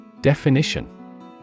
Definition